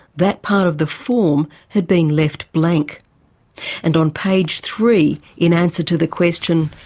that part of the form had been left blank and on page three, in answer to the question,